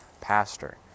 pastor